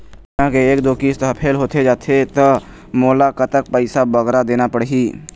बीमा के एक दो किस्त हा फेल होथे जा थे ता मोला कतक पैसा बगरा देना पड़ही ही?